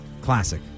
Classic